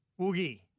Woogie